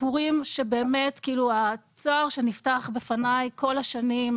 סיפורים שבאמת הצוהר שנפתח בפניי כל השנים,